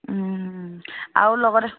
আৰু লগতে